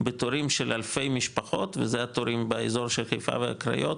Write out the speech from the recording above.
בתורים של אלפי משפחות וזה התורים באזור של חיפה והקריות,